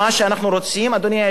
אדוני היושב-ראש וכבוד השר?